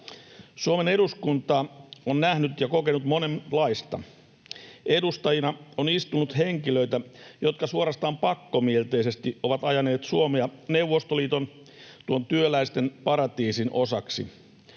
Suomen eduskunta on nähnyt ja kokenut monenlaista. Edustajina on istunut henkilöitä, jotka suorastaan pakkomielteisesti ovat ajaneet Suomea Neuvostoliiton, tuon työläisten paratiisin, osaksi.